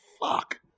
fuck